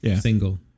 single